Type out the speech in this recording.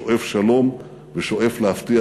שואף שלום ושואף להבטיח,